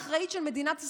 האחראית של מדינת ישראל,